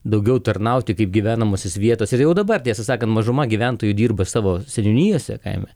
daugiau tarnauti kaip gyvenamosios vietos ir jau dabar tiesą sakant mažuma gyventojų dirba savo seniūnijose kaime